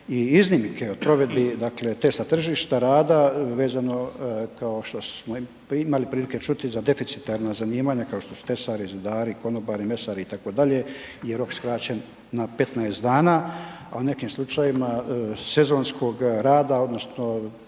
i iznimke u provedbi dakle testa tržišta rada vezano kao što imali prilike čuti za deficitarna zanimanja kao što su tesari, zidari, konobari, mesari itd. je rok skraćen na 15 dana a u nekim slučajevima sezonskog rada odnosno